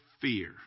fear